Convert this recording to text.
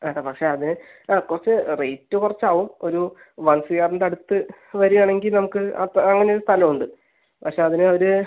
ഏട്ടാ പക്ഷെ അത് ആ കുറച്ച് റേറ്റ് കുറച്ച് ആവും ഒരു വൺ സി ആറിന്റെ അടുത്ത് വരികയാണെങ്കിൽ നമുക്ക് അത് അങ്ങനെ ഒരു സ്ഥലം ഉണ്ട് പക്ഷെ അതിന് ഒരു